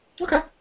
Okay